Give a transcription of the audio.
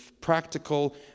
practical